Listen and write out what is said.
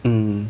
mm